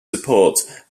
support